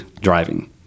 driving